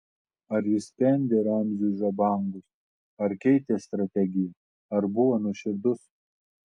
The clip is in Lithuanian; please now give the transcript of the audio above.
ar jis spendė ramziui žabangus ar keitė strategiją ar buvo nuoširdus